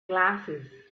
glasses